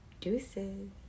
deuces